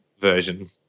version